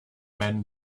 men